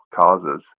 Causes